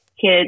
kid